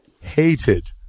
hated